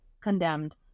condemned